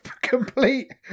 complete